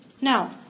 Now